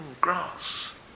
grass